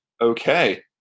Okay